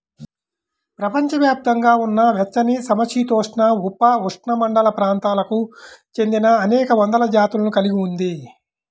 ప్రపంచవ్యాప్తంగా ఉన్న వెచ్చనిసమశీతోష్ణ, ఉపఉష్ణమండల ప్రాంతాలకు చెందినఅనేక వందల జాతులను కలిగి ఉంది